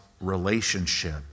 relationship